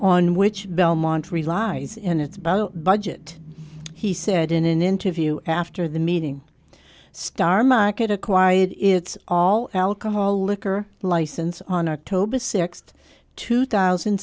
on which belmont relies in its budget budget he said in an interview after the meeting star market acquired its all alcohol liquor license on october sixth two thousand